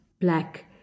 black